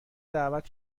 دعوت